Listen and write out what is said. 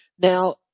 Now